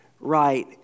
Right